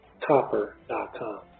copper.com